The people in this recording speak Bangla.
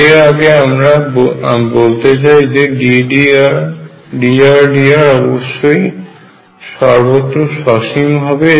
এর আগে আমরা বলতে চাই যে dRdr অবশ্যই সর্বত্র সসীম হবে